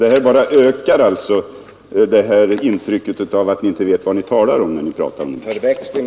Detta bara ökar intrycket av att ni inte vet vad ni talar om.